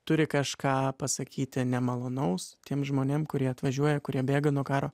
turi kažką pasakyti nemalonaus tiem žmonėm kurie atvažiuoja kurie bėga nuo karo